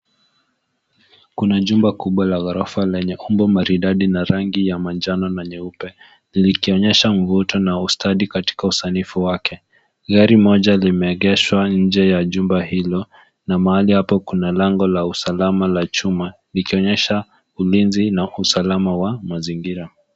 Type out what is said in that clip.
Kuna jumba kubwa la ghorofa lenye umbo maridadi na rangi ya manjano na nyeupe likionyesha mvuto na ustadi katika usanifu wake. Gari moja limeegeshwa nje ya jumba hilo na mahali hapo kuna lango la usalama la chuma likionyesha ulinzi na usalama wa mazingira.